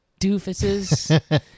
doofuses